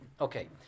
Okay